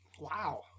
Wow